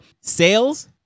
sales